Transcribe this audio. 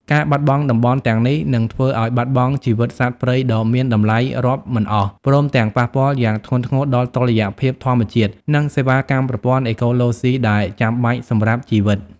ការបាត់បង់តំបន់ទាំងនេះ នឹងធ្វើឲ្យបាត់បង់ជីវិតសត្វព្រៃដ៏មានតម្លៃរាប់មិនអស់ ព្រមទាំងប៉ះពាល់យ៉ាងធ្ងន់ធ្ងរដល់តុល្យភាពធម្មជាតិ និងសេវាកម្មប្រព័ន្ធអេកូឡូស៊ីដែលចាំបាច់សម្រាប់ជីវិត។